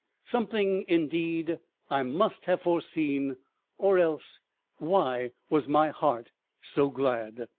something indeed i must have foreseen or else why was my heart so glad?